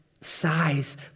size